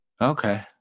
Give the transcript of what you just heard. okay